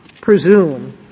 presume